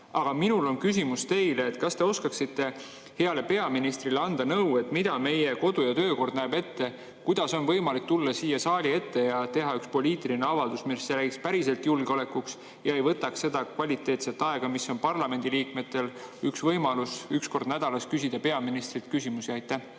Aga minul on küsimus teile: kas te oskaksite anda heale peaministrile nõu, mida meie kodu‑ ja töökord näeb ette, kuidas on võimalik tulla siia saali ette ja teha üks poliitiline avaldus, mis räägiks päriselt julgeolekust ega võtaks ära seda kvaliteetset aega, mille jooksul on parlamendiliikmetel võimalus üks kord nädalas küsida peaministrilt küsimusi?